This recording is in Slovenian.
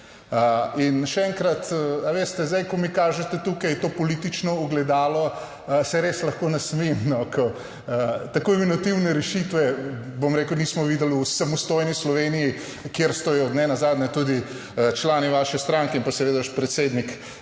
In še enkrat, a veste, zdaj ko mi kažete tukaj to politično ogledalo, se res lahko nasmejim, ko tako inovativne rešitve, bom rekel, nismo videli v samostojni Sloveniji, kjer so jo ne nazadnje tudi člani vaše stranke in pa seveda predsednik